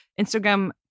Instagram